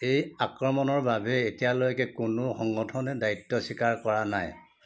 এই আক্ৰমণৰ বাবে এতিয়ালৈকে কোনো সংগঠনে দায়িত্ব স্বীকাৰ কৰা নাই